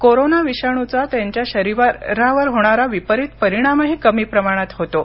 corona विषाणूचा त्यांच्या शरीरावर होणारा विपरीत परिणामही कमी प्रमाणात होतो